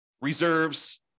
reserves